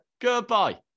goodbye